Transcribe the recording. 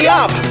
up